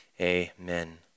Amen